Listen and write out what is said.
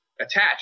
attach